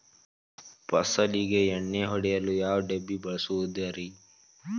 ಫಸಲಿಗೆ ಎಣ್ಣೆ ಹೊಡೆಯಲು ಯಾವ ಡಬ್ಬಿ ಬಳಸುವುದರಿ?